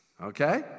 okay